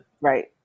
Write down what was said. Right